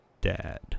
Dad